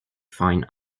fine